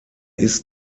ist